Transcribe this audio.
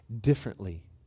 differently